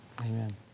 Amen